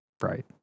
Right